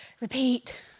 Repeat